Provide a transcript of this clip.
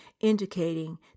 indicating